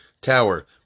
tower